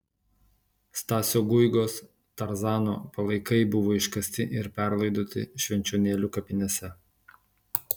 stasio guigos tarzano palaikai buvo iškasti ir perlaidoti švenčionėlių kapinėse